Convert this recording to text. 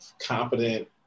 competent